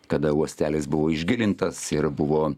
kada uostelis buvo išgilintas ir buvo